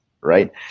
right